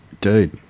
dude